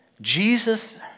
Jesus